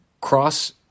cross